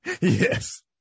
Yes